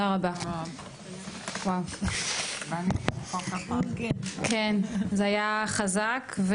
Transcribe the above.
זה היה חזק.